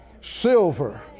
silver